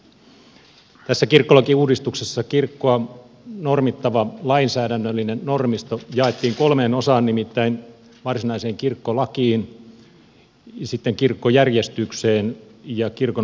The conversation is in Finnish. tässä kirkkolakiuudistuksessa kirkkoa normittava lainsäädännöllinen normisto jaettiin kolmeen osaan nimittäin varsinaiseen kirkkolakiin sitten kirkkojärjestykseen ja kirkon vaalijärjestykseen